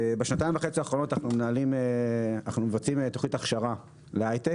בשנתיים וחצי האחרונות אנחנו מבצעים תוכנית הכשרה להייטק.